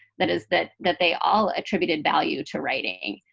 that is that that they all attributed value to writing.